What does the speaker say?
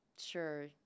sure